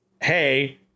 hey